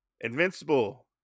Invincible